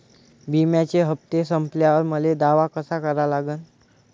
बिम्याचे हप्ते संपल्यावर मले दावा कसा करा लागन?